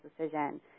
decision